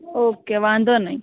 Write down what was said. okay વાંધો નહીં